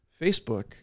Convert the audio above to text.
Facebook